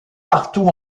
partout